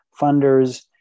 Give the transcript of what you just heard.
funders